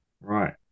Right